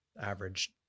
average